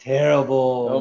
Terrible